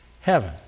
heaven